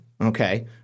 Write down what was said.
okay